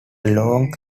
long